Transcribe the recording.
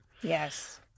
yes